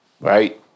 Right